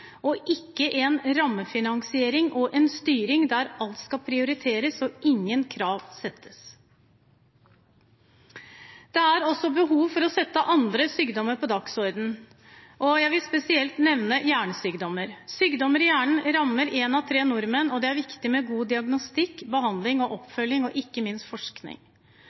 og ikke en rammefinansiering og en styring der alt skal prioriteres og ingen krav settes. Det er også behov for å sette andre sykdommer på dagsordenen. Jeg vil spesielt nevne hjernesykdommer. Sykdommer i hjernen rammer én av tre nordmenn, og det er viktig med god diagnostikk, behandling, oppfølging og, ikke minst, forskning.